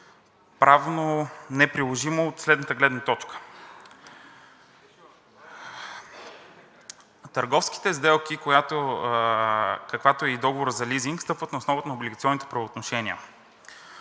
правно-неприложимо от следната гледна точка: в търговските сделки, какъвто е и договорът за лизинг, стъпват на основата на облигационните правоотношения.